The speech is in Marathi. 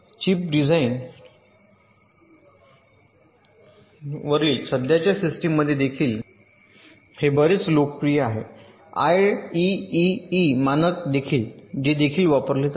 चिप डिझाईन्सवरील सध्याच्या सिस्टमसाठी देखील हे बरेच लोकप्रिय आहे आयईईई मानक देखील जे देखील वापरले जातात